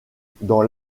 dans